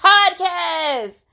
Podcast